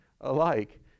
alike